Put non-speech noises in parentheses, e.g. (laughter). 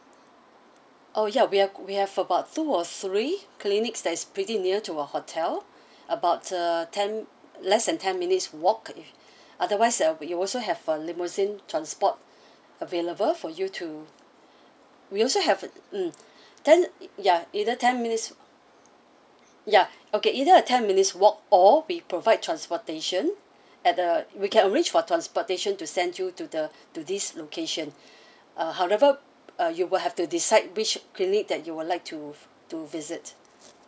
oh ya we have we have about two or three clinics that is pretty near to our hotel about uh ten less than ten minutes walk if otherwise uh we also have a limousine transport available for you to we also have (noise) um ten ya either ten minutes ya okay either a ten minutes walk or we provide transportation at the we can arrange for transportation to send you to the to this location uh however uh you will have to decide which clinic that you would like to to visit